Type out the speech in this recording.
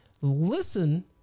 Listen